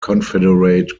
confederate